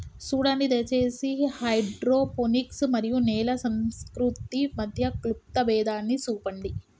సూడండి దయచేసి హైడ్రోపోనిక్స్ మరియు నేల సంస్కృతి మధ్య క్లుప్త భేదాన్ని సూపండి